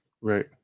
Right